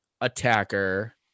attacker